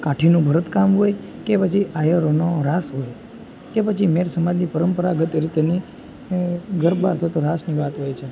કાઠીનું ભરતકામ હોય કે પછી આયરોનો રાસ હોય કે પછી મેર સમાજની પરંપરાગત એ રીતની ગરબા તથા રાસની વાત હોય છે